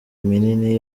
minini